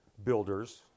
builders